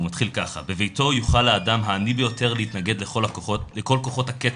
והוא מתחיל ככה: "בביתו יוכל האדם העני ביותר להתנגד לכל כוחות הכתר.